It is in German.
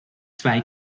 zwei